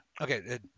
Okay